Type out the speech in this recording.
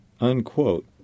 unquote